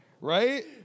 Right